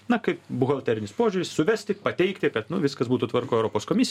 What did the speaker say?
na kaip buhalterinis požiūris suvesti pateikti kad nu viskas būtų tvarkoj europos komisija